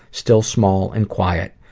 still small and quiet,